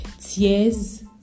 tears